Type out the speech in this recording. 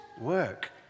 work